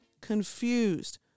confused